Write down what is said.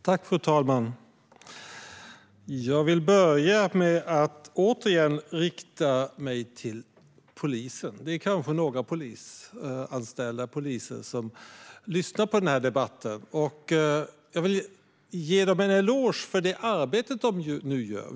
Fru talman! Jag vill börja med att återigen rikta mig till polisen. Det är kanske några polisanställda eller poliser som lyssnar på debatten, och jag vill ge dem en eloge för det arbete de gör.